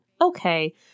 Okay